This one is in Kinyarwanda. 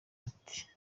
ati